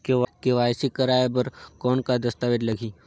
KYC कराय बर कौन का दस्तावेज लगही?